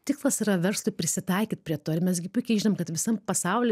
tikslas yra verslui prisitaikyt prie to ir mes gi puikiai žinom kad visam pasauly